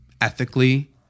ethically